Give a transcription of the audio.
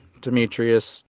Demetrius